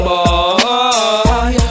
Boy